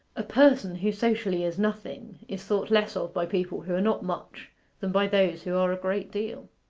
a person who socially is nothing is thought less of by people who are not much than by those who are a great deal.